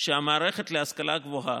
שהמערכת להשכלה גבוהה,